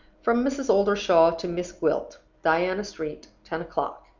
from mrs. oldershaw to miss gwilt. diana street, ten o'clock.